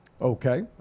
Okay